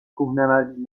کوهنوردی